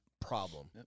problem